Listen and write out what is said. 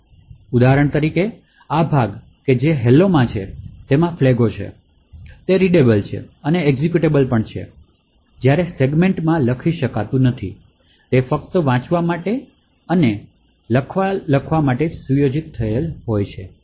તેથી ઉદાહરણ તરીકે આ ભાગ જે હેલોમાં છે તેમાં ફ્લેગો છે તે રીડેબલ છે અને એક્ઝેક્યુટેબલ છે જ્યારે સેગમેન્ટમાં લખી શકાતું નથી તે ફક્ત વાંચવા માટે અને લખાણ લખવા માટે જ સુયોજિત થયેલ છે